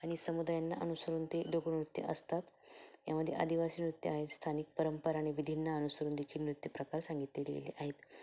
आणि समुदायांना अनुसरून ते लोकनृत्यं असतात यामध्ये आदिवासी नृत्यं आहेत स्थानिक परंपरा आणि विधींना अनुसरून देखील नृत्यप्रकार सांगितले गेलेले आहेत